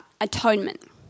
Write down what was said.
atonement